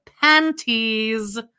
panties